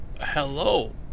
Hello